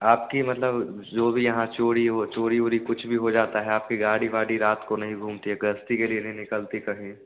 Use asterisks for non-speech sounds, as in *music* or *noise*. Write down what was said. आपकी मतलब जो भी यहाँ चोरी हो चोरी उरी कुछ भी हो जाता है आपकी गाड़ी वाड़ी रात को नहीं घूमती है *unintelligible* के लिए नहीं निकलती है कहीं